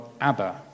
Abba